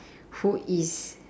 who is